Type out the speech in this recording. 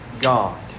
God